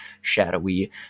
shadowy